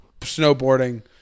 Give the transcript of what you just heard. snowboarding